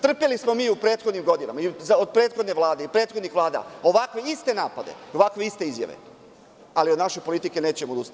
Trpeli smo mi i u prethodnim godinama, od prethodne Vlade i prethodnih vlada ovakve iste napade, ovakve iste izjave, ali od naše politike nećemo odustati.